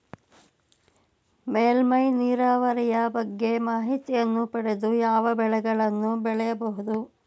ಮೇಲ್ಮೈ ನೀರಾವರಿಯ ಬಗ್ಗೆ ಮಾಹಿತಿಯನ್ನು ಪಡೆದು ಯಾವ ಬೆಳೆಗಳನ್ನು ಬೆಳೆಯಬಹುದು?